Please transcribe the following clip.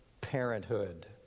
parenthood